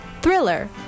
Thriller